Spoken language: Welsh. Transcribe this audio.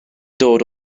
dod